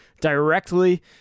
directly